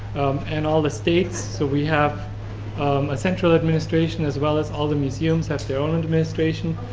and all the states, so we have a central administration, as well as all the museums have their own and administration,